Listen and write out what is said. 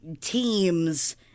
teams